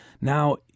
Now